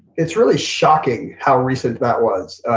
it's really shocking how recent that was.